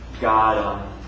God